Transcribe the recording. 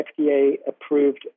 FDA-approved